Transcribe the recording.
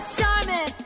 Charmin